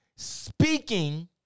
Speaking